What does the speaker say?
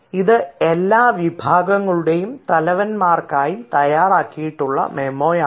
ഇവിടെ ഇത് എല്ലാ വിഭാഗങ്ങളുടെയും തലവന്മാർക്കായി തയ്യാറാക്കിയിട്ടുള്ള മെമ്മോയാണ്